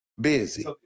busy